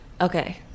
Okay